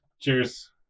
cheers